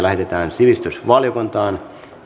sivistysvaliokuntaan